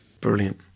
brilliant